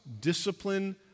discipline